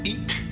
Eat